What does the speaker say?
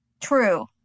True